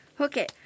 Okay